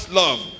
love